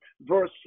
verse